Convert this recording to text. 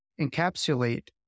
encapsulate